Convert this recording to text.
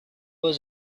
was